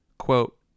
quote